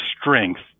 strength